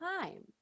time